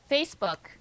Facebook